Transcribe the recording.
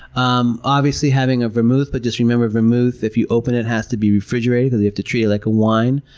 um obviously, having a vermouth, but just remember, vermouth, if you open it, has to be refrigerated because you have to treat it like a wine.